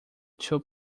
two